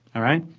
alright?